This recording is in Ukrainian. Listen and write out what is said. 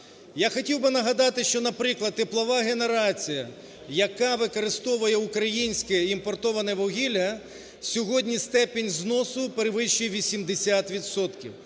Я хотів би нагадати, що, наприклад, теплова генерація, яка використовує українське і імпортоване вугілля, сьогодні степінь зносу перевищує 80